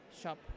shop